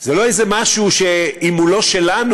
זה לא איזה משהו שאם הוא לא שלנו,